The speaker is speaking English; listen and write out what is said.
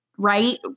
right